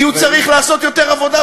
כי הוא צריך לעשות יותר עבודה,